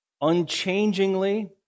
unchangingly